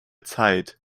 zeit